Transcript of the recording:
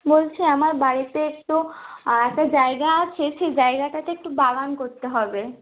বলছি আমার বাড়িতে একটু একটা জায়গা আছে সেই জায়গাটাতে একটু বাগান করতে হবে